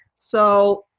so